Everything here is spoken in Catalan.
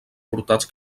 portats